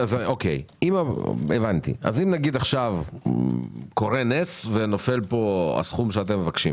אם קורה עכשיו נס ונופל פה הסכום שאתם מבקשים